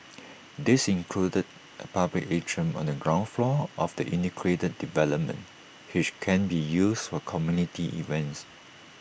these included A public atrium on the ground floor of the integrated development which can be used for community events